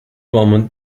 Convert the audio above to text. moment